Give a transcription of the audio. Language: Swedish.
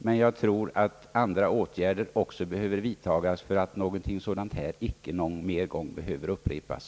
Samtidigt tror jag att andra åtgärder också behöver vidtagas för att någonting sådant här icke skall upprepas.